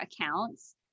accounts